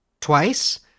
twice